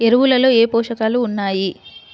ఎరువులలో ఏ పోషకాలు ఉన్నాయి?